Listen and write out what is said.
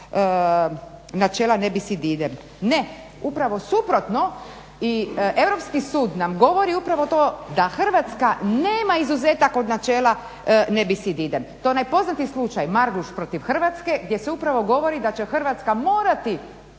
načela non bis in idem. Ne, upravo suprotno i Europski sud nam govori upravo to da Hrvatska nema izuzetak od načela non bis in idem. To je onaj poznati slučaj Marguš protiv Hrvatske gdje se upravo govori da će Hrvatska morati